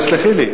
לא, תסלחי לי.